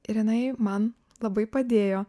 ir jinai man labai padėjo